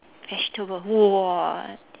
vegetable !wah!